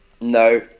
no